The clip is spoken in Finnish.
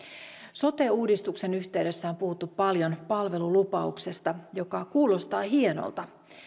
sote uudistuksen yhteydessä on puhuttu paljon palvelulupauksesta joka kuulostaa hienolta